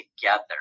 together